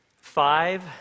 five